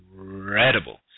incredible